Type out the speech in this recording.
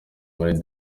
muri